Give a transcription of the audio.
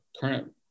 current